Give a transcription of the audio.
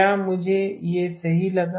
क्या मुझे वह सही लगा